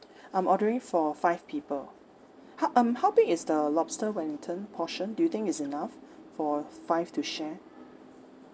I'm ordering for five people how um how big is the lobster wellington portion do you think it's enough for five to share